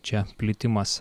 čia plitimas